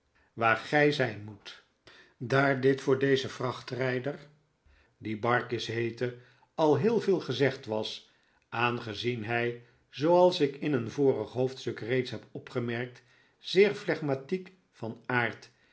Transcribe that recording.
waar gij zijn moet daar dit voor dezen vrachtrijder die barkis heette al heel veel gezegd was aangezien hij zooals ik in een vorig hoofdstuk reeds heb opgemerkt zeer flegmatiek van aard